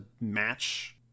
match